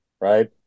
Right